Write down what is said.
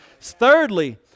Thirdly